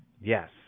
Yes